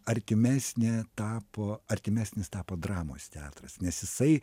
artimesnė tapo artimesnis tapo dramos teatras nes jisai